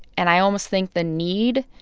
and i almost think the need,